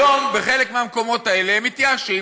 היום בחלק מהמקומות האלה מתייאשים,